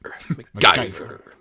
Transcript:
MacGyver